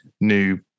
new